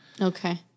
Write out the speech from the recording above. Okay